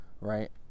right